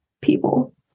people